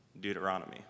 Deuteronomy